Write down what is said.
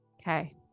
Okay